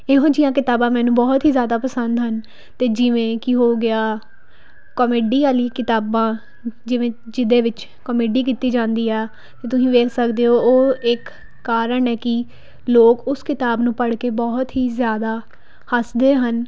ਇਹੋ ਜਿਹੀਆਂ ਕਿਤਾਬਾ ਮੈਨੂੰ ਬਹੁਤ ਹੀ ਜ਼ਿਆਦਾ ਪਸੰਦ ਹਨ ਅਤੇ ਜਿਵੇਂ ਕਿ ਹੋ ਗਿਆ ਕੋਮੇਡੀ ਆਲੀ ਕਿਤਾਬਾਂ ਜਿਵੇਂ ਜਿਹਦੇ ਵਿੱਚ ਕੋਮੇਡੀ ਕੀਤੀ ਜਾਂਦੀ ਆ ਅਤੇ ਤੁਸੀਂ ਵੇਖ ਸਕਦੇ ਹੋ ਉਹ ਇੱਕ ਕਾਰਨ ਹੈ ਕਿ ਲੋਕ ਉਸ ਕਿਤਾਬ ਨੂੰ ਪੜ੍ਹ ਕੇ ਬਹੁਤ ਹੀ ਜ਼ਿਆਦਾ ਹੱਸਦੇ ਹਨ